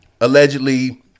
allegedly